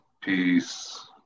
Peace